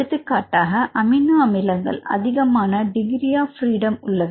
எடுத்துக்காட்டாக அமினோ அமிலங்கள் அதிகமான டிகிரி ஆஃப் பிரீடம் உள்ளவை